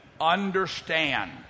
understand